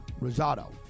Rosado